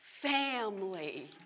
family